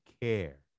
care